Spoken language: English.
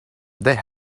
they